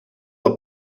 are